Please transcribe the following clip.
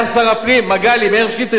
תעלה, תגיד: אני פורע חוק.